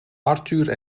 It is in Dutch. arthur